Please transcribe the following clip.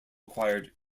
acquired